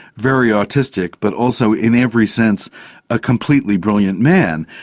very autistic, but also in every sense a completely brilliant man.